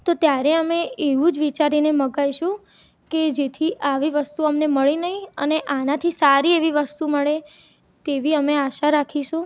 તો ત્યારે અમે એવું જ વિચારીને મંગાઈશું કે જેથી આવી વસ્તુ અમને મળે નહીં અને આનાથી સારી એવી વસ્તુ મળે તેવી અમે આશા રાખીશું